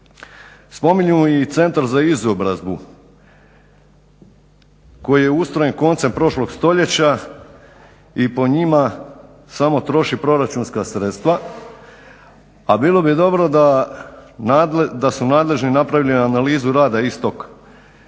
Spominju i Centar za izobrazbu koji je ustrojen koncem prošlog stoljeća i po njima samo troši proračunska sredstva, a bilo bi dobro da su nadležni napravili analizu rada istog